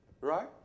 Right